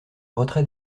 retrait